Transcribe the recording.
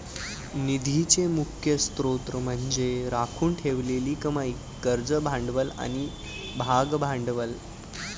निधीचे मुख्य स्त्रोत म्हणजे राखून ठेवलेली कमाई, कर्ज भांडवल आणि भागभांडवल